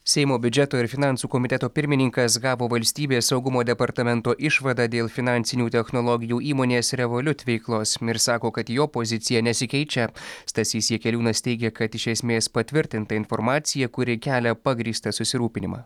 seimo biudžeto ir finansų komiteto pirmininkas gavo valstybės saugumo departamento išvadą dėl finansinių technologijų įmonės revolut veiklos ir sako kad jo pozicija nesikeičia stasys jakeliūnas teigė kad iš esmės patvirtinta informacija kuri kelia pagrįstą susirūpinimą